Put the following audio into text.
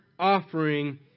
offering